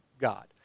God